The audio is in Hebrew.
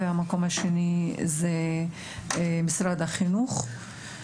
והמקום השני הוא משרד החינוך.